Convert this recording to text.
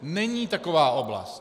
Není taková oblast.